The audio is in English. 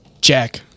Jack